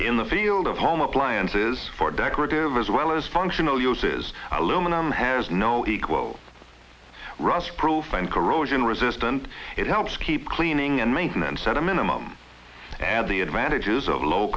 in the field of home appliances for decorative as well as functional uses aluminum has no equal rustproof and corrosion resistant it helps keep cleaning and maintenance at a minimum add the advantages of low